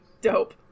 Dope